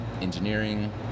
engineering